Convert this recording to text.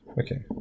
Okay